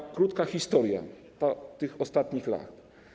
I krótka historia tych ostatnich lat.